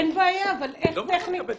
אין בעיה, אבל איך טכנית?